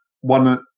one